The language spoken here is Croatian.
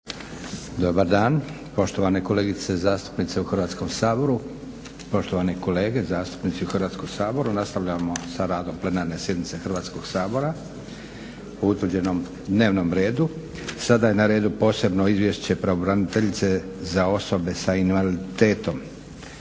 Dobar dan! Poštovane kolegice zastupnice u Hrvatskom saboru, poštovani kolege zastupnici u Hrvatskom saboru nastavljamo sa radom plenarne sjednice Hrvatskog sabora po utvrđenom dnevnom redu. Sada je na redu - Posebno izvješće pravobraniteljice za osobe sa invaliditetom